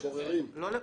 הבוררים.